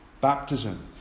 baptism